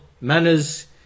manners